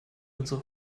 unsere